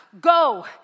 go